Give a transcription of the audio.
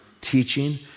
teaching